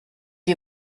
les